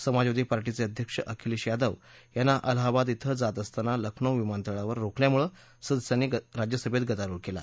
समाजवादी पार्टीचे अध्यक्ष अखिलेश यादव यांना अलाहाबाद क्रि जात असताना लखनौ विमानळावर रोखल्यामुळे सदस्यांनी राज्यसभेत गदारोळ केला